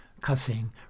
cussing